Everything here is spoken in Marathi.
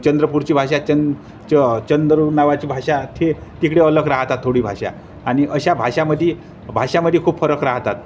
चंद्रपूरची भाषा चंद च चंद्र नावाची भाषा ते तिकडे अलग राहतात थोडी भाषा आणि अशा भाषामध्ये भाषामध्ये खूप फरक राहतात